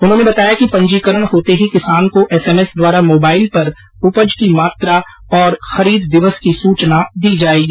उन्होंने बताया कि पंजीकरण होते ही किसान को एसएमएस द्वारा मोबाईल पर उपज की मात्रा और खरीद दिवस की सूचना दी जायेगी